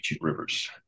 rivers